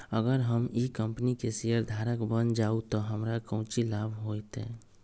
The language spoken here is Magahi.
अगर हम ई कंपनी के शेयरधारक बन जाऊ तो हमरा काउची लाभ हो तय?